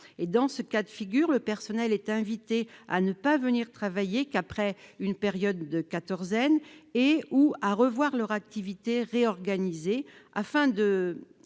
Dans ces cas de figure, le personnel est invité à ne venir travailler qu'après la période de quatorzaine ou à voir ses activités réorganisées pour ne